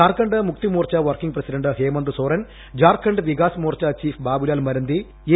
Jharkhand Mukti Morcha working president ഹ്ലോർദ്ദ് Soren Jharkhand Vikas Morcha chief Babulal മര്ർദ്ദി A